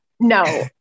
No